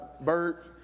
Bird